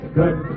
good